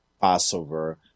Passover